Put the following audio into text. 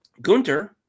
Gunter